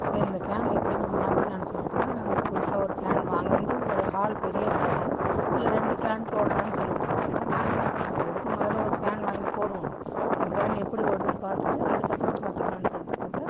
சரி இந்த ஃபேனை எப்படியும் நம்ம மாற்றிடுலான்னு சொல்லிவிட்டு தான் நாங்கள் புதுசாக ஒரு ஃபேன் வாங்க வந்து ஒரு ஹால் பெரிய ஹாலு அதில் ரெண்டு ஃபேன் போடலாம்னு சொல்லிகிட்டு இருந்தாங்க நாங்கள் என்ன பண்ணிணோம் சரி எதுக்கும் முதலில் ஒரு ஃபேன் வாங்கி போடுவோம் அந்த ஃபேன் எப்படி ஓடுதுன்னு பார்த்துட்டு அதுக்கப்புறம் பார்த்துக்கலான்னு சொல்லிட்டு பார்த்தா